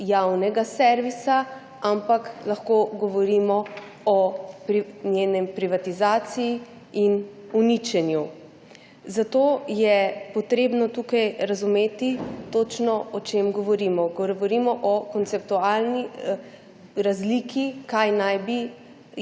javnega servisa, ampak lahko govorimo o njeni privatizaciji in uničenju. Zato je potrebno tukaj točno razumeti, o čem govorimo. Govorimo o konceptualni razliki, kaj naj bi